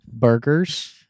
Burgers